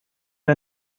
wir